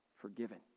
forgiven